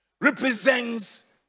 represents